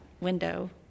window